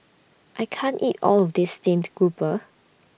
I can't eat All of This Steamed Grouper